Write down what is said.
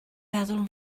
meddwl